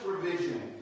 provision